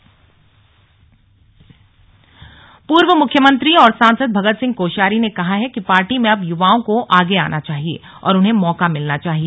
slug बुद्धीजीवी सम्मेलन पूर्व मुख्यमंत्री और सांसद भगत सिंह कोशियारी ने कहा है कि पार्टी में अब युवाओं को आगे आना चाहिए और उन्हें मौका मिलना चाहिए